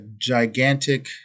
gigantic